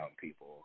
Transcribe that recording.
people